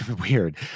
Weird